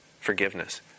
forgiveness